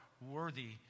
worthy